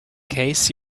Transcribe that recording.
case